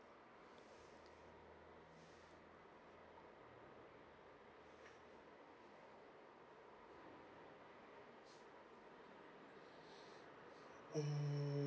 mm